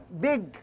big